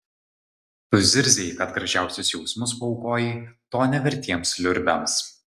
tu zirzei kad gražiausius jausmus paaukojai to nevertiems liurbiams